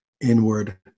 inward